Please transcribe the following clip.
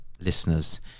listeners